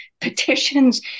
petitions